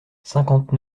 cinquante